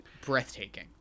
Breathtaking